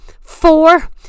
four